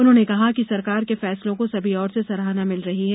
उन्होंने कहा कि सरकार के फैसलों को सभी ओर से सराहना मिल रही है